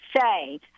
say